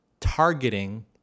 targeting